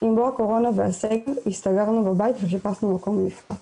עם בוא הקורונה והסגר הסתגרנו בבית וחיפשנו מקום מפלט.